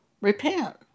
Repent